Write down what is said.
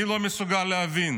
אני לא מסוגל להבין